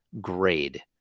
grade